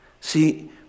See